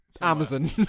Amazon